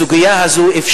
הסוגיה הזאת,